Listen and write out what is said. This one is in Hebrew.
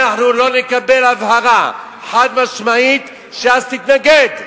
אם אנחנו לא נקבל הבהרה חד-משמעית, ש"ס תתנגד.